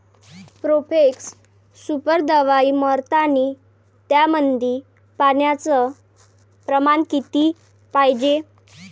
Profex Super दवाई मारतानी त्यामंदी पान्याचं प्रमाण किती पायजे?